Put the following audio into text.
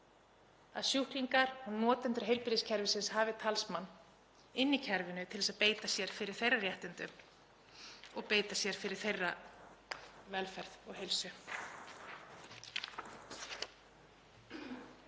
að sjúklingar og notendur heilbrigðiskerfisins hafi talsmann inni í kerfinu til að beita sér fyrir þeirra réttindum og beita sér fyrir þeirra velferð og heilsu.